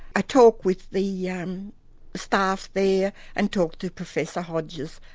i talk with the yeah um staff there and talk to professor hodges,